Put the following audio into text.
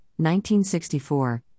1964